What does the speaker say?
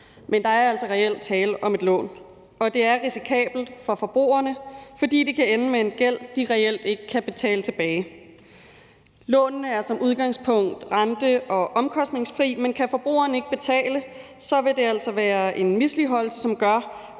men der er jo altså reelt tale om et lån. Og det er risikabelt for forbrugerne, fordi det kan ende med en gæld, de reelt ikke kan betale tilbage. Lånene er som udgangspunkt rente- og omkostningsfri, men kan forbrugerne ikke betale, vil det altså være en misligholdelse, som gør,